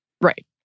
Right